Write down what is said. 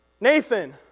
Nathan